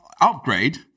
Upgrade